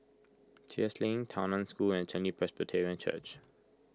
Sheares Link Tao Nan School and Chen Li Presbyterian Church